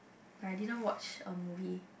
that I didn't watch a movie